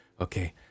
okay